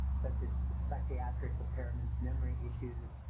such as psychiatric impairments, memory issues,